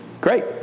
Great